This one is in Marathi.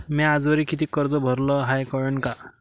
म्या आजवरी कितीक कर्ज भरलं हाय कळन का?